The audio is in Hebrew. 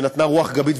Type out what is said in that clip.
שנתנה רוח גבית,